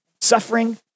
suffering